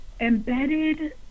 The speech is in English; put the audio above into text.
embedded